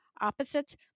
opposites